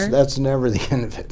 and that's never the end of it.